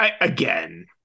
Again